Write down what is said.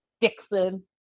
Dixon